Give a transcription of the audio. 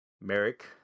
Merrick